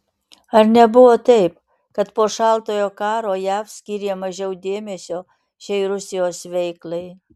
ar nebuvo taip kad po šaltojo karo jav skyrė mažiau dėmesio šiai rusijos veiklai